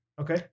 Okay